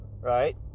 right